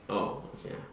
oh ya